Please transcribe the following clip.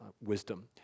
wisdom